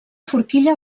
forquilla